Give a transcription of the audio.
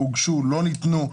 הוגשו, לא ניתנו.